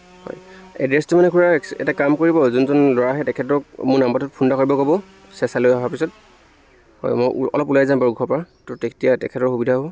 হয় এড্ৰেছটো মানে খুৰা একচ এটা কাম কৰিব যোনজন ল'ৰা আহে তেখেতক মোৰ নাম্বাৰটোত ফোন এটা কৰিব ক'ব চেচালৈ অহাৰ পিছত হয় মই অলপ ওলাই যাম বাৰু ঘৰৰপৰা ত' তেতিয়া তেখেতৰ সুবিধা হ'ব